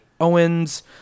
Owens